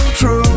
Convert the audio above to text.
true